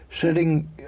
Sitting